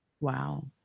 Wow